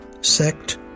sect